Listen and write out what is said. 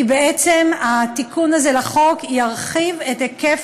כי בעצם התיקון הזה לחוק ירחיב את היקף